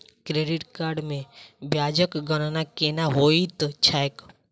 credit card मे ब्याजक गणना केना होइत छैक